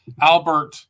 Albert